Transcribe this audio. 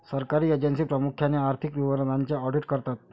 सरकारी एजन्सी प्रामुख्याने आर्थिक विवरणांचे ऑडिट करतात